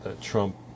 Trump